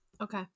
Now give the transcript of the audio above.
Okay